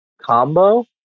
combo